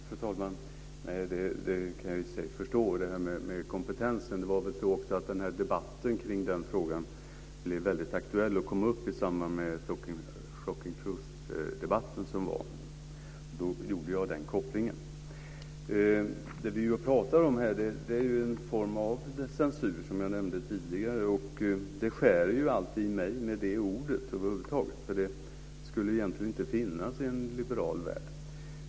Fru talman! Nej, jag förstår det här med kompetensen. Debatten kring den frågan blev väldigt aktuell i samband med Shocking Truth-debatten. Då gjorde jag den kopplingen. Det vi talar om är en form av censur, som jag nämnde tidigare. Det ordet skär över huvud taget alltid i mig, det skulle egentligen inte finnas i en liberal värld.